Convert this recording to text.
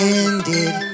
ended